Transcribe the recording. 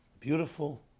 Beautiful